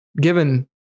given